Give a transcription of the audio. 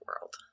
world